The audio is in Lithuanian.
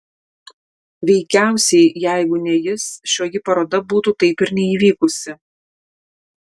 veikiausiai jeigu ne jis šioji paroda būtų taip ir neįvykusi